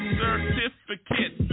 certificate